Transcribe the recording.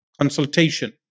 consultation